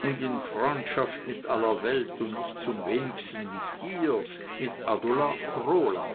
und in freundschaft mit aller welt und nicht zum wenigsten mit dir mit adolar krola